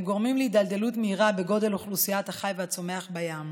הם גורמים להידלדלות מהירה בגודל אוכלוסיות החי והצומח בים.